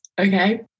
Okay